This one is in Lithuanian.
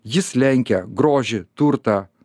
jis lenkia grožį turtą